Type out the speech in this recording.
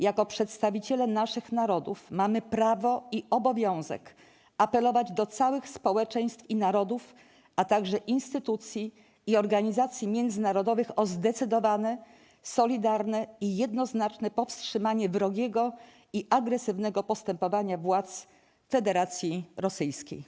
Jako przedstawiciele naszych narodów mamy prawo i obowiązek apelować do całych społeczeństw i narodów, a także instytucji i organizacji międzynarodowych o zdecydowane, solidarne i jednoznaczne powstrzymanie wrogiego i agresywnego postępowania władz Federacji Rosyjskiej˝